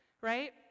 right